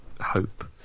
hope